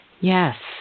Yes